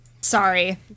Sorry